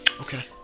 Okay